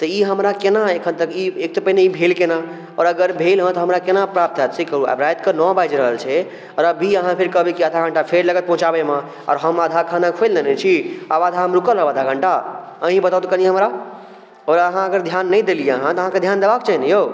तऽ ई हमरा केना एखन तक ई एकतऽ पहिने भेल केना आओर अगर भेलहँ तऽ हमरा केना प्राप्त होयत से कहू अब राति के ने बाजि रहल छै आओर अभी अहाँ फेर कहबै आधाघण्टा फेर लगत पहुँचाबैमे आओर हम आधा खाना खोलि लेने छी अब आधा हम रुकल रहब आधाघण्टा अहीं बताउ तऽ कनी हमरा और आहाँ अगर ध्यान नै देलियै आहाँ तऽ अहाँकऽ ध्यान देबाक चाही नऽ यौ